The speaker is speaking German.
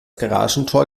garagentor